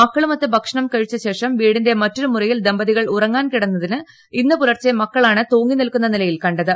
മക്കളുമൊത്ത് ഭക്ഷണം കഴിച്ച ശേഷം വീടിന്റെ മറ്റൊരു മുറിയിൽറ്റു ദമ്പതികൾ ഉറങ്ങാൻ കിടന്ന ദമ്പതികളെ ഇന്ന് പുലർച്ചെ ് മക്കളാണ് തൂങ്ങിനിൽക്കുന്ന നിലയിൽ കണ്ടത്